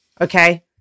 Okay